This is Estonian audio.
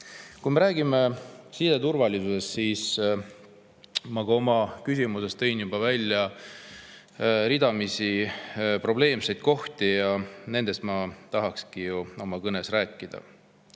Räägime siseturvalisusest. Ma ka oma küsimuses tõin juba välja ridamisi probleemseid kohti. Nendest ma tahakski oma kõnes rääkida.